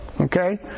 Okay